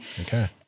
Okay